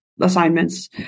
Assignments